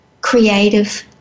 creative